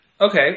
Okay